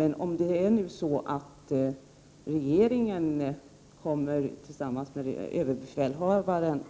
Men om regeringen kommer fram till detta tillsammans med överbefälhavaren